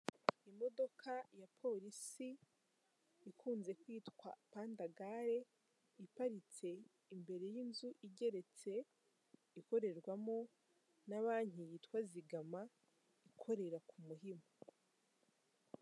Imodoka ya polisi ikunze kwitwa pandagare, iparitse imbere y'inzu igeretse ikorerwamo na banki yitwa zigama, ikorera ku Muhima.